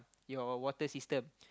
your water system